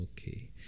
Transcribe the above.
okay